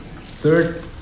Third